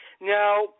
Now